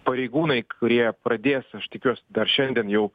pareigūnai kurie pradės aš tikiuosi dar šiandien jau